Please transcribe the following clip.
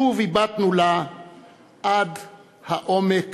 שוב הבטנו לה עד העומק